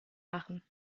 machen